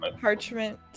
parchment